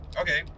Okay